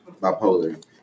bipolar